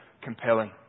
compelling